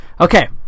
okay